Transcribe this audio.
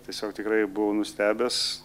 tiesiog tikrai buvau nustebęs